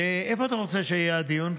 איפה אתה רוצה שיהיה הדיון?